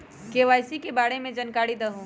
KYC के बारे में जानकारी दहु?